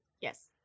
Yes